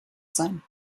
sein